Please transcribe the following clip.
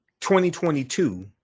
2022